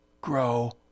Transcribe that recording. grow